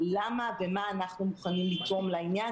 למה ומה אנחנו מוכנים לתרום לעניין,